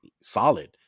solid